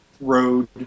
road